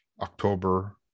October